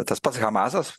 tas pats hamasas